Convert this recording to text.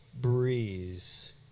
breeze